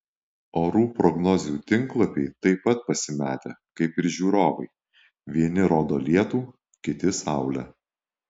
orų prognozių tinklapiai taip pat pasimetę kaip ir žiūrovai vieni rodo lietų kiti saulę